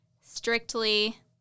strictly